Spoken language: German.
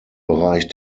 bereich